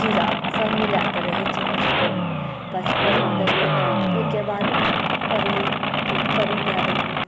जीरा सभ मिलाके रहै छै पचफ़ोरना पचफ़ोरना देलियै ओहिके बाद बड़ीके बड़ी दए देलियै